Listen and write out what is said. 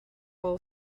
all